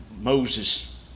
Moses